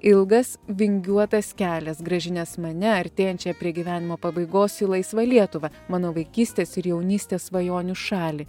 ilgas vingiuotas kelias grąžinęs mane artėjančią prie gyvenimo pabaigos į laisvą lietuvą mano vaikystės ir jaunystės svajonių šalį